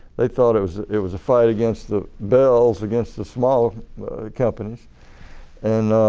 they thought it was it was a fight against the bells, against the small companies and